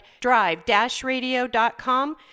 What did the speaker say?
drive-radio.com